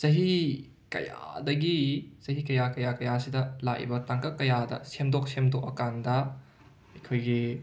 ꯆꯍꯤ ꯀꯌꯥꯗꯒꯤ ꯆꯍꯤ ꯀꯌꯥ ꯀꯌꯥ ꯀꯌꯥ ꯑꯁꯤꯗ ꯂꯥꯛꯏꯕ ꯇꯥꯡꯀꯛ ꯀꯌꯥꯗ ꯁꯦꯝꯗꯣꯛ ꯁꯦꯝꯗꯣꯛꯑꯀꯥꯟꯗ ꯑꯩꯈꯣꯏꯒꯤ